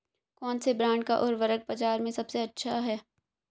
कौनसे ब्रांड का उर्वरक बाज़ार में सबसे अच्छा हैं?